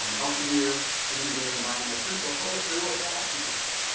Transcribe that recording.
elsevier, bmj, and biomed central published journals about acupuncture.